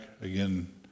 again